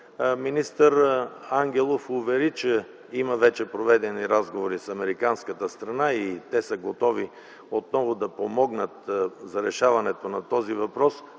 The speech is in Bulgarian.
Министър Ангелов увери, че вече има проведени разговори с американската страна и тя е готова отново да помогне за решаването на този въпрос,